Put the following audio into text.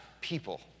people